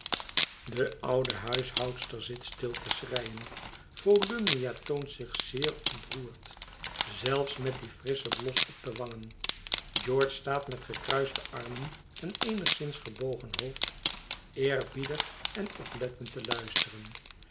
de oude huishoudster zit stil te schreien volumnia toont zich zeer ontroerd zelfs met dien frisschen blos op de wangen george staat met gekruiste armen en eenigszins gebogen hoofd eerbiedig en oplettend te luisteren